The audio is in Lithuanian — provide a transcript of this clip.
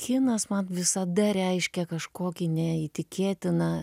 kinas man visada reiškė kažkokį neįtikėtiną